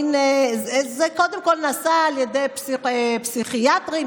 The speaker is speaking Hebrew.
נעשים על ידי פסיכיאטרים,